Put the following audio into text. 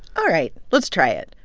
all right, let's try it.